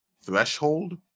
threshold